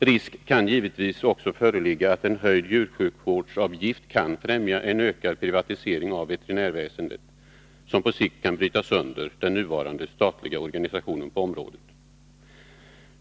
Risk kan givetvis också föreligga att en höjd djursjukvårdsavgift kan främja en ökad privatisering av veterinärvä sendet, som på sikt kan bryta sönder den nuvarande statliga organisationen på området.